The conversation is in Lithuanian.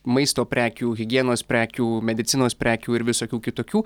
maisto prekių higienos prekių medicinos prekių ir visokių kitokių